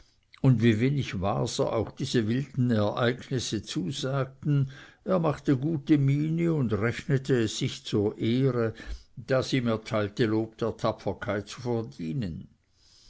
und wie wenig waser auch diese wilden ereignisse zusagten er machte gute miene und rechnete es sich zur ehre das ihm erteilte lob der tapferkeit zu verdienen